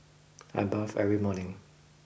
I bathe every morning